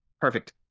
Perfect